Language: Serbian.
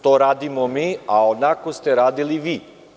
To mi radimo, a onako ste radili vi.